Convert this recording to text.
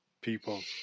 people